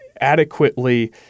adequately